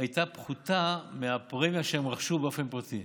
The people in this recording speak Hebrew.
היה פחות מהפרמיה שהם רכשו באופן פרטי.